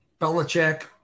Belichick